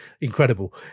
incredible